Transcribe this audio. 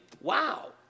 wow